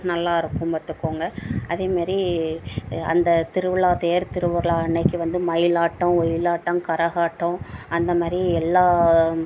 நல்லாயிருக்கும் பாத்துக்கங்க அதேமாரி அந்த திருவிழா தேர் திருவிழா அன்னைக்கு வந்து மயிலாட்டம் ஒயிலாட்டம் கரகாட்டம் அந்தமாரி எல்லா